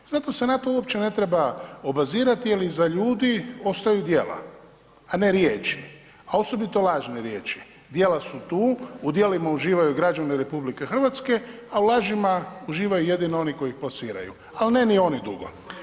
Zato se na to ne treba uopće obazirati jer iza ljudi ostaju djela, a ne riječi, a osobito lažne riječi, djela su tu, u djelima uživaju građani RH, a u lažima uživaju jedino oni koji ih plasiraju, ali ne ni oni dugo.